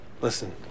Listen